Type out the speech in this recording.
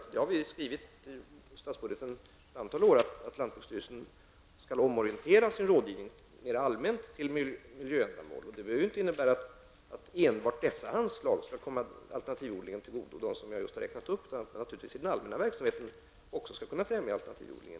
Sedan har vi ju skrivit i statsbudgeten under ett antal år att lantbruksstyrelsen mera allmänt skall omorientera sin rådgivning till miljöändamål. Det behöver inte innebära att enbart de vjust nu uppräknade anslagen kommer alternativodlingen till godo. Inom lantbruksstyrelsen skall man naturligtvis också i den allmänna verksamheten kunna främja alternativodlingen.